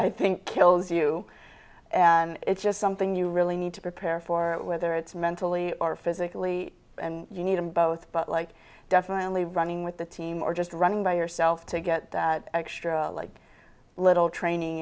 i think kills you and it's just something you really need to prepare for whether it's mentally or physically and you need them both but like definitely running with the team or just running by yourself to get that extra like little training